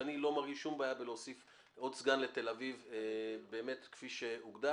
שאני לא מרגיש שום בעיה להוסיף עוד סגן לתל אביב באמת כפי שהוגדר,